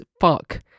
Fuck